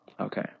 Okay